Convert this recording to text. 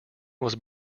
was